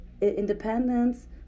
independence